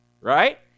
right